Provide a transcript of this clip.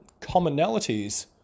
commonalities